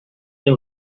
they